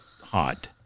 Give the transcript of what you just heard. hot